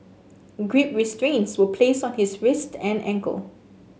grip restraints were placed on his wrists and ankles